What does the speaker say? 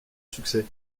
succès